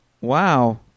wow